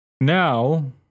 Now